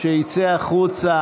שיצא החוצה,